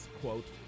quote